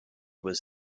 was